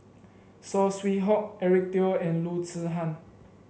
Saw Swee Hock Eric Teo and Loo Zihan